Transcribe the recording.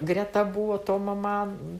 greta buvo tomo mano